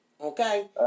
Okay